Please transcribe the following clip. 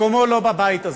מקומו לא בבית הזה.